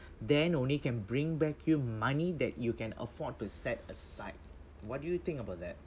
then only can bring back you money that you can afford to set aside what do you think about that